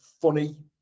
funny